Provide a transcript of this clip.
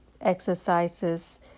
exercises